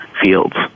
fields